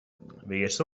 vīrs